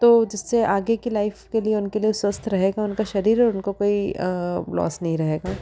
तो जिससे आगे की लाइफ के लिए उनके लिए स्वस्थ रहेगा उनका शरीर और उनको कोई लॉस नहीं रहेगा